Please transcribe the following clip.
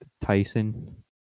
Tyson